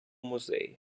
музеї